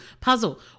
puzzle